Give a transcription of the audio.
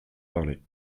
parlait